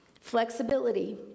flexibility